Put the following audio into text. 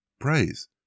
praise